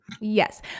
Yes